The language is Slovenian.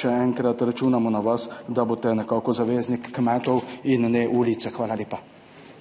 Še enkrat, računamo na vas, da boste nekako zaveznik kmetov in ne ulice. Hvala lepa.